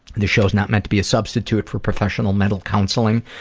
this show's not meant to be a substitute for professional, mental counseling.